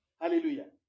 Hallelujah